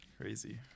Crazy